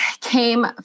came